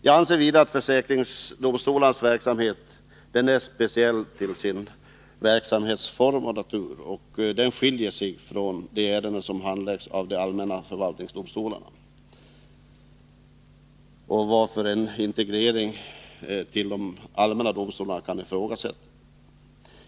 Jag anser vidare att försäkringsdomstolarnas verksamhet är speciell till sin form och natur och skiljer sig från de ärenden som handläggs av de allmänna förvaltningsdomstolarna, varför en integrering kan ifrågasättas.